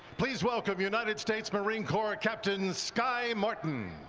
please welcome united states marine corps captain skye martin.